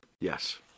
yes